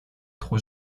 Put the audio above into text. trop